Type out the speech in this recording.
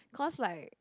cause like